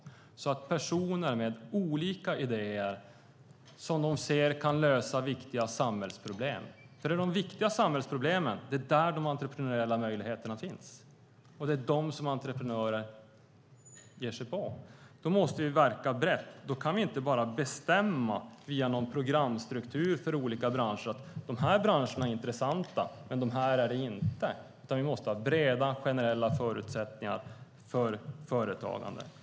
Det handlar om personer med olika idéer om hur man kan lösa viktiga samhällsproblem. För det är när det gäller de viktiga samhällsproblemen som de entreprenöriella möjligheterna finns, och det är dem som entreprenörer ger sig på. Då måste vi verka brett. Då kan vi inte bara bestämma via någon programstruktur för olika branscher att vissa branscher är intressanta men inte andra. Vi måste ha breda generella förutsättningar för företagande.